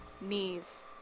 Knees